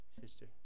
sister